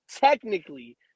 technically